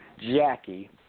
Jackie